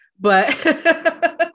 but-